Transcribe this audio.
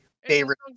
favorite